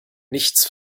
nichts